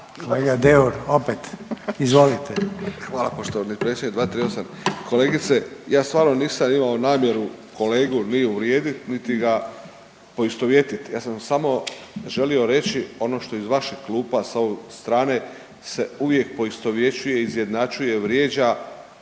**Deur, Ante (HDZ)** Hvala poštovani predsjedniče. 238., kolegice ja stvarno nisam imao namjernu kolegu ni uvrijedit niti ga poistovjetit, ja sam samo želio reći ono što iz vaših klupa sa ove strane se uvijek poistovjećuje i izjednačuje, vrijeđa